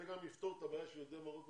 זה גם יפתור את הבעיה של יהודי מרוקו,